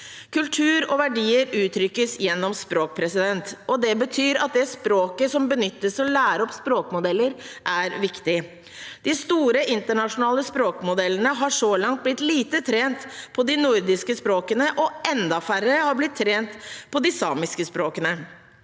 Kultur og verdier uttrykkes gjennom språk. Det betyr at det språket som benyttes for å lære opp språkmodeller, er viktig. De store internasjonale språkmodellene har så langt blitt lite trent på de nordiske språkene, og enda færre har blitt trent på de samiske språkene.